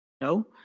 No